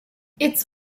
its